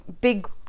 big